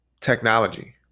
technology